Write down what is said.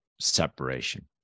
separation